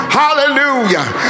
hallelujah